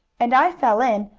and i fell in,